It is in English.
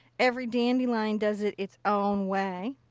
every dandelion does it it's own way.